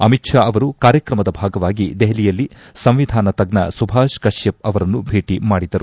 ಅಮಿತ್ ಷಾ ಅವರು ಕಾರ್ಯಕ್ರಮದ ಭಾಗವಾಗಿ ದೆಹಲಿಯಲ್ಲಿ ಸಂವಿಧಾನ ತಜ್ಞ ಸುಭಾಷ್ ಕಶ್ಯಪ್ ಅವರನ್ನು ಭೇಟಿ ಮಾಡಿದರು